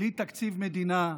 בלי תקציב מדינה,